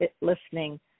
listening